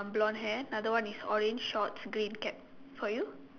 blonde hair another one is orange shorts green cap for you